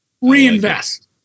Reinvest